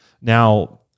Now